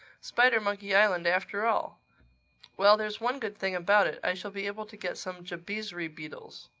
spidermonkey island after all well, there's one good thing about it i shall be able to get some jabizri beetles.